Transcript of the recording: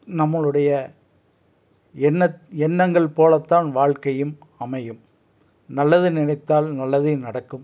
நம்மளுடைய எண்ணம் எண்ணங்கள் போலத்தான் வாழ்க்கையும் அமையும் நல்லது நினைத்தால் நல்லதே நடக்கும்